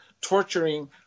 torturing